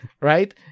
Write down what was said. right